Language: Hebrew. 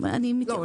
נכון.